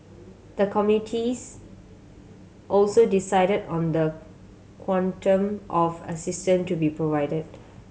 the committees also decided on the quantum of assistance to be provided